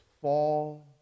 fall